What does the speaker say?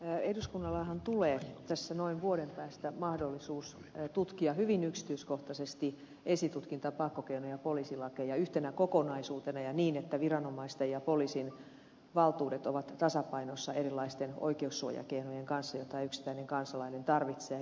eduskunnallehan tulee noin vuoden päästä mahdollisuus tutkia hyvin yksityiskohtaisesti esitutkinta pakkokeino ja poliisilakeja yhtenä kokonaisuutena ja niin että viranomaisten ja poliisin valtuudet ovat tasapainossa erilaisten oikeussuojakeinojen kanssa joita yksittäinen kansalainen tarvitsee